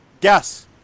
guess